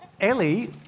Ellie